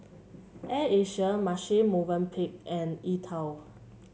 Air Asia Marche Movenpick and E TWOW